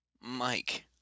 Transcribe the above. Mike